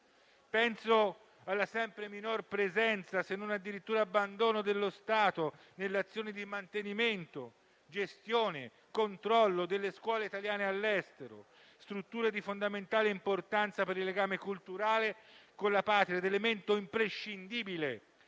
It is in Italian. Penso alla sempre minore presenza, se non addirittura all'abbandono dello Stato nelle azioni di mantenimento, gestione e controllo delle scuole italiane all'estero, strutture di fondamentale importanza per il legame culturale con la patria ed elemento imprescindibile